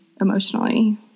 emotionally